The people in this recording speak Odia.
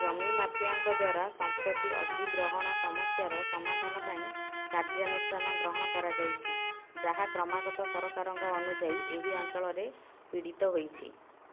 ଜମି ମାଫିଆଙ୍କ ଦ୍ୱାରା ସମ୍ପତ୍ତି ଅଧିଗ୍ରହଣ ସମସ୍ୟାର ସମାଧାନ ପାଇଁ କାର୍ଯ୍ୟାନୁଷ୍ଠାନ ଗ୍ରହଣ କରାଯାଇଛି ଯାହା କ୍ରମାଗତ ସରକାରଙ୍କ ଅନୁଯାୟୀ ଏହି ଅଞ୍ଚଳରେ ପୀଡ଼ିତ ହେଇଛି